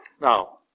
Now